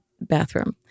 bathroom